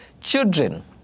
children